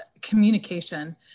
communication